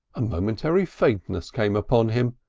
a momentary faintness came upon him.